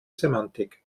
semantik